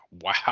wow